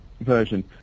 version